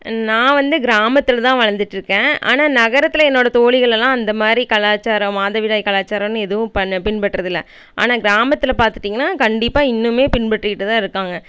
நான் வந்து கிராமத்துல தான் வளர்ந்துட்டு இருக்கேன் ஆனால் நகரத்தில் என்னோட தோழிகள் எல்லாம் அந்தமாரி கலாச்சாரம் மாதவிடாய் கலாச்சாரம்ன்னு எதுவும் பண்ண பின்பற்றது இல்லை ஆனால் கிராமத்தில் பார்த்துட்டிங்கன்னா கண்டிப்பாக இன்னுமே பின்பற்றிகிட்டு தான் இருக்காங்க